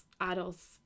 adults